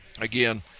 Again –